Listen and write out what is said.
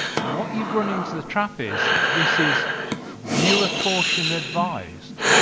what you've run into the trap is, this is viewer caution advised.